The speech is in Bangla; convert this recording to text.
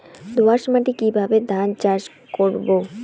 দোয়াস মাটি কিভাবে ধান চাষ করব?